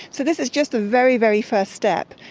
so this is just the very, very first step,